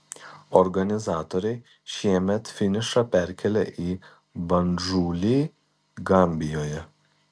organizatoriai šiemet finišą perkėlė į bandžulį gambijoje